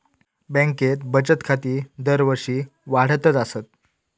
बँकेत बचत खाती दरवर्षी वाढतच आसत